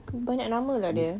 banyak nama lah dia